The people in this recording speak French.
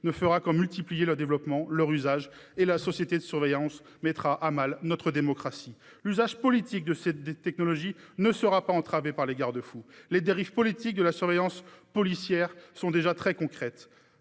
ne fera qu'en multiplier le développement et l'usage. La société de surveillance mettra à mal notre démocratie. L'usage politique de ces technologies ne sera pas entravé par les garde-fous. Les dérives politiques de la surveillance policière sont déjà très concrètes.